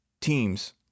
teams